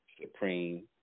supreme